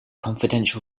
confidential